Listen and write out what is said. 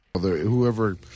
Whoever